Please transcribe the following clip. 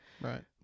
Right